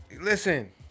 listen